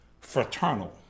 fraternal